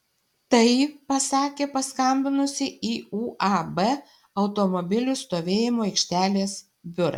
tai pasakė paskambinusi į uab automobilių stovėjimo aikštelės biurą